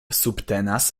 subtenas